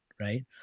Right